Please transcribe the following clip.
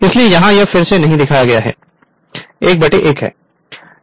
इसलिए यहाँ यह फिर से नहीं दिखाया गया है 1 1 है